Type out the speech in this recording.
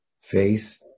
faith